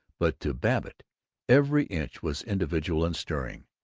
but to babbitt every inch was individual and stirring.